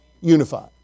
Unified